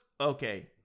okay